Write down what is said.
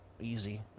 easy